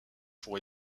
pour